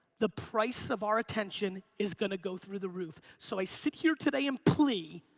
the price of our attention is gonna go through the roof. so i sit here today and plea,